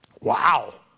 Wow